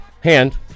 hand